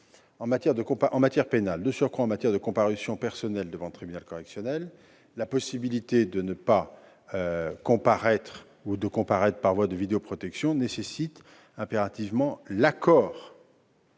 En matière pénale, de surcroît en matière de comparution personnelle devant le tribunal correctionnel, ne pas comparaître ou le faire par voie de visioconférence nécessite impérativement l'accord